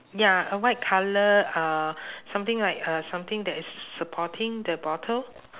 ya a white colour uh something like uh something that is supporting the bottle